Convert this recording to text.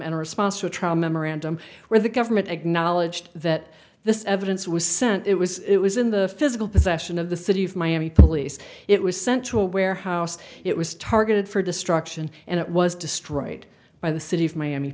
a response to a trial memorandum where the government acknowledged that this evidence was sent it was it was in the physical possession of the city of miami police it was sent to a warehouse it was targeted for destruction and it was destroyed by the city of miami